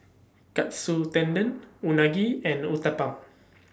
Katsu Tendon Unagi and Uthapam